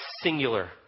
singular